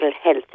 health